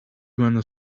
gonna